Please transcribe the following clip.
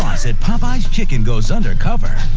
boss at popeyes chicken goes undercover.